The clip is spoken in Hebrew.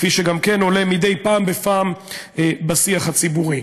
כפי שגם כן עולה מדי פעם בפעם בשיח הציבורי.